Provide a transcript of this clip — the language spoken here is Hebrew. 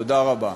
תודה רבה.